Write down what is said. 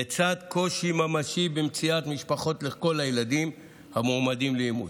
לצד קושי ממשי במציאת משפחות לכל הילדים המועמדים לאימוץ,